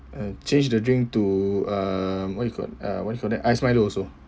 uh change the drink to uh what you can uh what you call that iced milo also